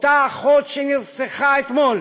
אותה אחות שנרצחה אתמול